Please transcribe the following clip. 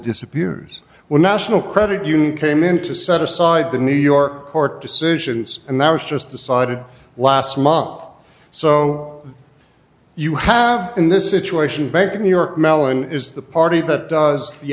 disappears when national credit union came in to set aside the new york court decisions and that was just decided last month so you have in this situation bank of new york mellon is the party that does the